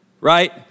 Right